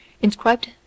inscribed